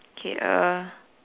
okay err